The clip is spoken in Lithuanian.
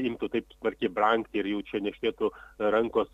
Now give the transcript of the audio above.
imtų kaip smarkiai brangti ir jau čia niežtėtų rankos